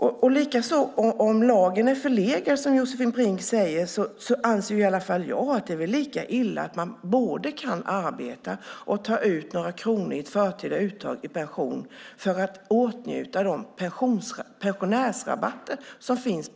Om lagen som Josefin Brink säger är förlegad anser åtminstone jag att det är lika illa att man både kan arbeta och ta ut några kronor i förtida uttag i pension för att åtnjuta de pensionärsrabatter som finns.